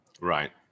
Right